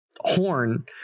horn